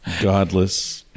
godless